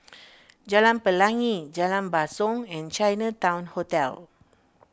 Jalan Pelangi Jalan Basong and Chinatown Hotel